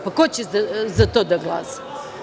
Pa, ko će za to da glasa?